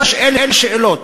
אלו השאלות.